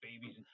babies